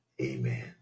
Amen